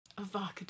avocado